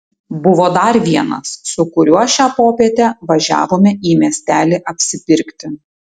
buvo dar vienas su kuriuo šią popietę važiavome į miestelį apsipirkti